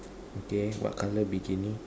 okay what colour beginning